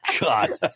God